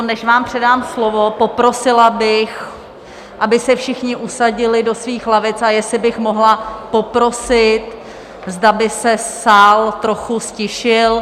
Než vám předám slovo, poprosila bych, aby se všichni usadili do svých lavic, a jestli bych mohla poprosit, zda by se sál trochu ztišil.